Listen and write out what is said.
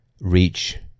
reach